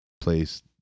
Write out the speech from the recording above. place